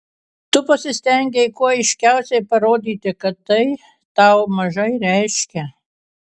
tu pasistengei kuo aiškiausiai parodyti kad tai tau mažai reiškia